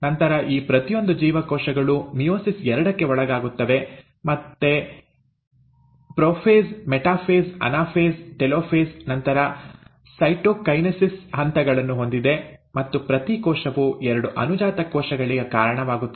ನಂತರ ಈ ಪ್ರತಿಯೊಂದು ಜೀವಕೋಶಗಳು ಮಿಯೋಸಿಸ್ ಎರಡಕ್ಕೆ ಒಳಗಾಗುತ್ತವೆ ಇದು ಮತ್ತೆ ಪ್ರೊಫೇಸ್ ಮೆಟಾಫೇಸ್ ಅನಾಫೇಸ್ ಟೆಲೋಫೇಸ್ ನಂತರ ಸೈಟೊಕೈನೆಸಿಸ್ ಹಂತಗಳನ್ನು ಹೊಂದಿದೆ ಮತ್ತು ಪ್ರತಿ ಕೋಶವು ಎರಡು ಅನುಜಾತ ಕೋಶಗಳಿಗೆ ಕಾರಣವಾಗುತ್ತದೆ